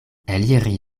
eliri